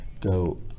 go